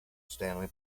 stanley